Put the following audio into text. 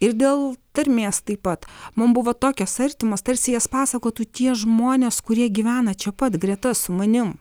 ir dėl tarmės taip pat man buvo tokios artimos tarsi jas pasakotų tie žmonės kurie gyvena čia pat greta su manim